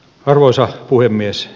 arvoisa puhemies